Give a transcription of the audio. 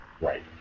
Right